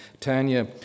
Tanya